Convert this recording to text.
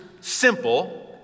simple